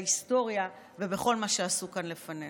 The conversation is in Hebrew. בהיסטוריה ובכל מה שעשו כאן לפנינו.